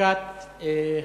מצוקת הרופאים,